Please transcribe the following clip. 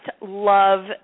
love